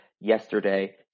yesterday